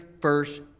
first